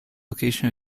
location